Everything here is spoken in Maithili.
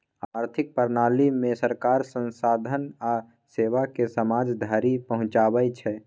आर्थिक प्रणालीमे सरकार संसाधन आ सेवाकेँ समाज धरि पहुंचाबै छै